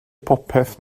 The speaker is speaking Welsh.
popeth